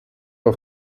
auf